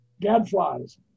Gadflies